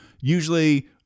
usually